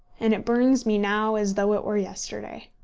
and it burns me now as though it were yesterday.